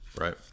right